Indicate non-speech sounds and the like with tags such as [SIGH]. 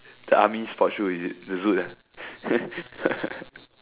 the army sport shoe is it the Zoot ah [LAUGHS]